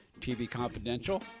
tvconfidential